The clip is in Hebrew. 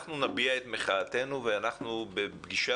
אנחנו נביע את מחאתנו ואנחנו בפגישה